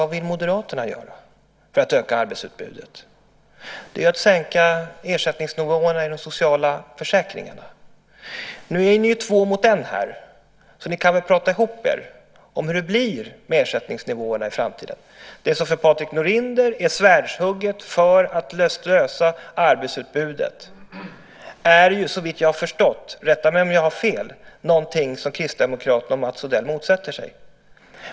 Vad vill Moderaterna göra för att öka arbetsutbudet? Jo, det är att sänka ersättningsnivåerna i de sociala försäkringarna. Nu är ni ju två mot en här, så ni kan väl prata ihop er om hur det blir med ersättningsnivåerna i framtiden. Det som för Patrik Norinder är svärdshugget för att lösa arbetsutbudet är ju såvitt jag förstått - rätta mig om jag har fel - någonting som Kristdemokraterna och Mats Odell motsätter sig.